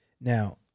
Now